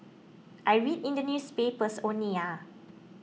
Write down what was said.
I read in the newspapers only ah